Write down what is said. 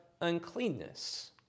uncleanness